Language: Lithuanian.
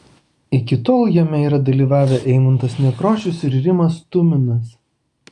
iki tol jame yra dalyvavę eimuntas nekrošius ir rimas tuminas